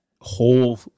whole